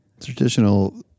Traditional